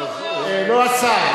לא השר.